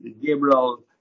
Gabriel